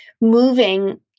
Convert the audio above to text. moving